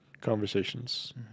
conversations